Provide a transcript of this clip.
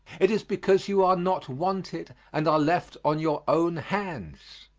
it is because you are not wanted and are left on your own hands.